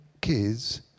kids